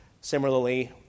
Similarly